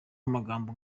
amagambo